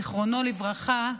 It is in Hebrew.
זיכרונו לברכה,